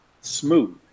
smooth